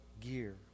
gear